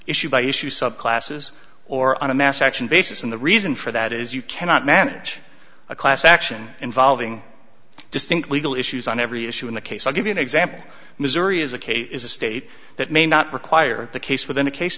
issue by issue subclasses or on a mass action basis and the reason for that is you cannot manage a class action involving distinct legal issues on every issue in the case i'll give you an example missouri is a case is a state that may not require the case within a case